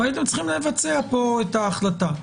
והייתם צריכים לבצע פה את ההחלטה.